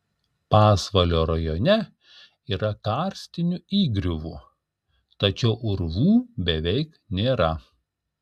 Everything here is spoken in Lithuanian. pasvalio rajone yra karstinių įgriuvų tačiau urvų beveik nėra